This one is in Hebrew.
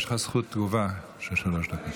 יש לך זכות תגובה של שלוש דקות.